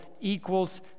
equals